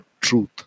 truth